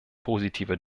positive